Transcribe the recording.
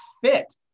fit